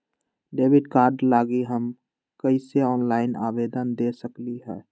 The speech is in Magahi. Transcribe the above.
डेबिट कार्ड लागी हम कईसे ऑनलाइन आवेदन दे सकलि ह?